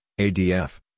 ADF